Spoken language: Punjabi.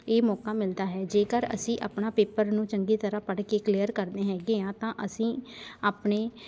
ਇਹ ਮੌਕਾ ਮਿਲਦਾ ਹੈ ਜੇਕਰ ਅਸੀਂ ਆਪਣਾ ਪੇਪਰ ਨੂੰ ਚੰਗੀ ਤਰ੍ਹਾਂ ਪੜ੍ਹ ਕੇ ਕਲੀਅਰ ਕਰਦੇ ਹੈਗੇ ਹਾਂ ਤਾਂ ਅਸੀਂ ਆਪਣੇ